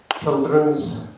children's